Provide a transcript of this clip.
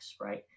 right